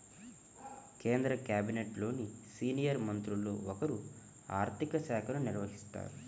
కేంద్ర క్యాబినెట్లోని సీనియర్ మంత్రుల్లో ఒకరు ఆర్ధిక శాఖను నిర్వహిస్తారు